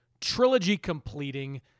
trilogy-completing